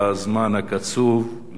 בזמן הקצוב,